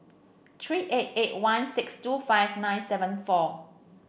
three eight eight one six two five nine seven four